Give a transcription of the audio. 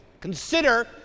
consider